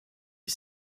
est